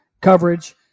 coverage